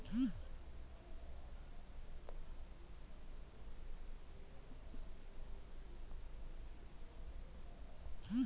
ಬ್ಯಾಂಕಿನವರು ಎಫ್.ಡಿ ಖಾತೆ ಬಗ್ಗೆ ಹೆಚ್ಚಗೆ ಮಾಹಿತಿ ಕೊಟ್ರು